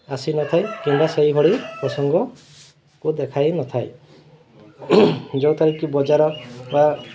ଆସି ନଥାଏ କିମ୍ବା ସେହିଭଳି ପ୍ରସଙ୍ଗକୁ ଦେଖାଇନଥାଏ ଯେଉଁଥିରେ କି ବଜାର ବା